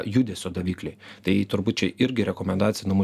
judesio davikliai tai turbūt čia irgi rekomendacija namų